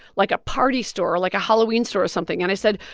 like, a party store like, a halloween store, or something. and i said,